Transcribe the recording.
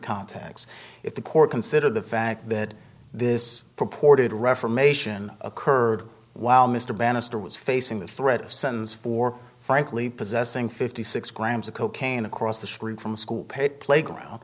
contacts if the court consider the fact that this purported reformation occurred while mr bannister was facing the threat of sons for frankly possessing fifty six grams of cocaine across the street from school paid playground